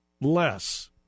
less